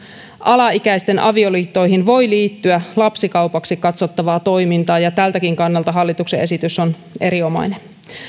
alaikäisten avioliittoihin voi liittyä lapsikaupaksi katsottavaa toimintaa ja tältäkin kannalta hallituksen esitys on erinomainen